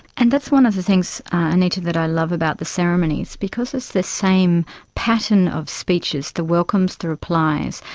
and that's one of the things, anita, that i love about the ceremonies. because it's the same pattern of speeches, the welcomes, the replies,